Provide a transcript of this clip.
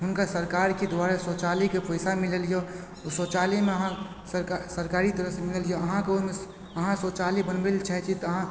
हुनका सरकारके द्वारा शोचालयके पैसा मिलल यऽ ओ शौचालय सरकारी तरफसँ मिलल यऽ अहाँके ओहिमे अहाँ शौचालय बनबै लेल चाहै छी तऽ अहाँ